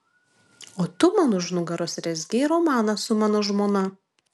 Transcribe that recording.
o tu man už nugaros rezgei romaną su mano žmona